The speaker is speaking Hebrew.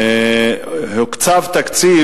הוקצב תקציב.